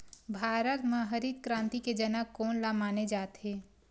भारत मा हरित क्रांति के जनक कोन ला माने जाथे?